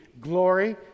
glory